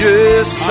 Yes